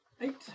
Eight